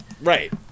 right